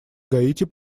гаити